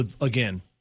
Again